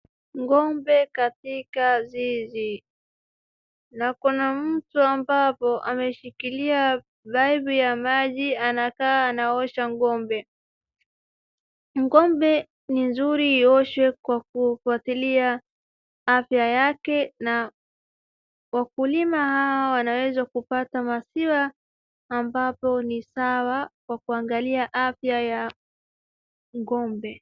Ng'ombe katika zizi, na kuna mtu ambapo ameshikilia paipu ya maji anakaa anaosha ng'ombe. Ng'ombe ni nzuri ioshwe kwa kufuatilia afya yake na wakulima hao wanaweza kupata maziwa ambapo ni sawa kwa kuangalia afya ya ng'ombe.